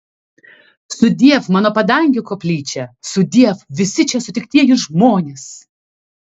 sudiev mano padangių koplyčia sudiev visi čia sutiktieji žmonės